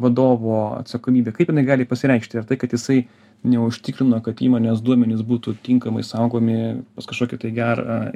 vadovo atsakomybė kaip jinai gali pasireikšti ar tai kad jisai neužtikrino kad įmonės duomenys būtų tinkamai saugomi pas kažkokį tai gerą